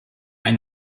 ein